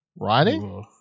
Writing